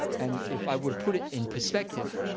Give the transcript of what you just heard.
and if i were to put it in perspective,